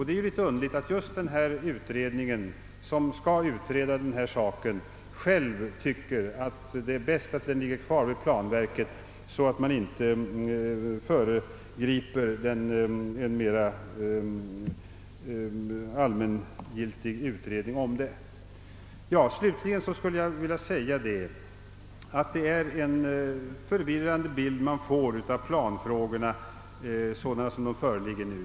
Det är en smula underligt att just den utredning som skall utreda denna sak tycker att det är bäst att byrån ligger kvar vid planverket, så att man inte föregriper en mera allmängiltig utredning av saken. Det är en förvirrande bild man får av planfrågorna, som de nu föreligger.